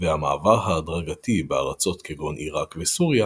והמעבר ההדרגתי בארצות כגון עיראק וסוריה